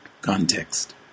Context